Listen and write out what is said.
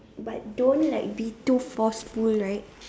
but don't like be too forceful right